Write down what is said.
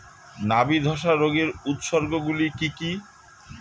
নাবি ধসা রোগের উপসর্গগুলি কি কি?